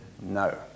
no